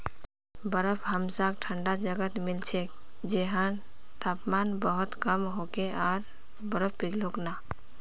बर्फ हमसाक ठंडा जगहत मिल छेक जैछां तापमान बहुत कम होके आर बर्फ पिघलोक ना